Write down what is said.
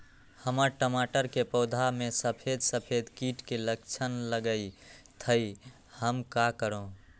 हमर टमाटर के पौधा में सफेद सफेद कीट के लक्षण लगई थई हम का करू?